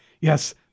yes